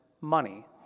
money